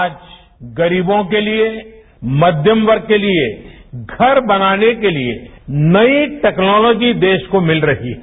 आज गरीबों के लिए मध्यम वर्गके लिए घर बनाने के लिए नई टेक्नोलॉजी देश को मिल रही है